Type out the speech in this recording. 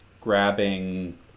grabbing